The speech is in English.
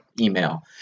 email